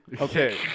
okay